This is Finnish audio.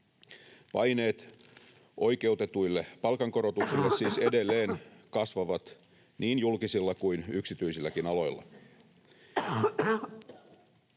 Paineet oikeutetuille palkankorotuksille siis edelleen kasvavat niin julkisilla kuin yksityisilläkin aloilla.